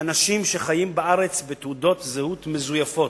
אנשים שחיים בארץ בתעודות זהות מזויפות,